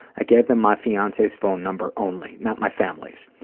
i gave them my fiance's phone number only, not my family's.